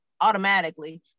automatically